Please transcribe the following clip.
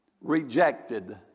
Rejected